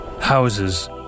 Houses